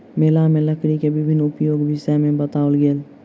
मेला में लकड़ी के विभिन्न उपयोगक विषय में बताओल गेल